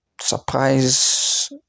surprise